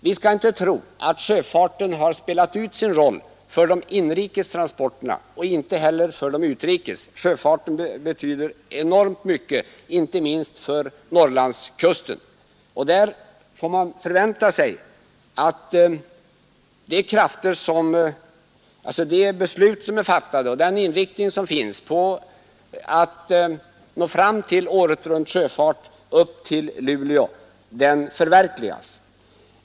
Vi skall inte tro att den har spelat ut sin roll för de inrikes transporterna och inte heller för de utrikes. Sjöfarten betyder enormt mycket, inte minst för Norrlandskusten. Där får man förvänta sig att de beslut som är fattade och den inriktning som finns på att nå fram till åretruntsjöfart upp till Luleå förverkligas.